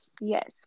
yes